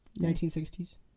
1960s